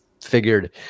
figured